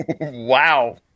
wow